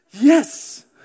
Yes